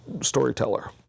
storyteller